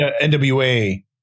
NWA